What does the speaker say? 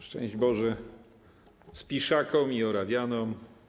Szczęść Boże Spiszakom i Orawianom!